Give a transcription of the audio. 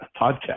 podcast